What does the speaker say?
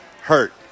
hurt